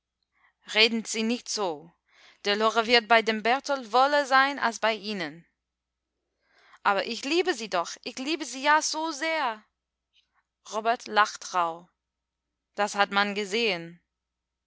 reden sie nicht so der lore wird bei dem berthold wohler sein als bei ihnen aber ich liebe sie doch ich lieb sie ja so sehr robert lacht rauh das hat man gesehen